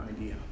idea